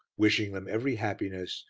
wishing them every happiness,